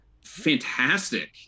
fantastic